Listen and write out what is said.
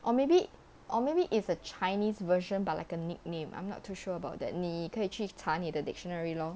or maybe or maybe it's a chinese version but like a nickname I'm not too sure about that 你可以去查你的 dictionary lor